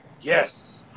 Yes